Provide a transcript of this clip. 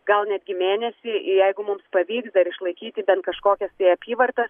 gal netgi mėnesį jeigu mums pavyks dar išlaikyti bent kažkokias tai apyvartas